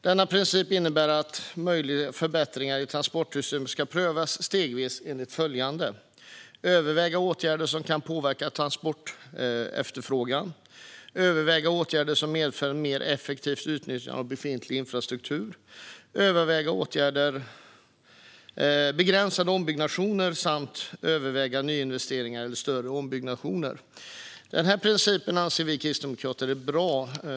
Denna princip innebär att möjliga förbättringar i transportsystemet ska prövas stegvis enligt följande: överväga åtgärder som kan påverka transportefterfrågan, överväga åtgärder som medför mer effektivt utnyttjande av befintlig infrastruktur, överväga begränsade ombyggnationer och överväga nyinvesteringar eller större ombyggnationer. Vi kristdemokrater anser att denna princip är bra.